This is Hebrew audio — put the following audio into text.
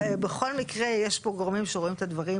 בכל מקרה יש פה גורמים שרואים את הדברים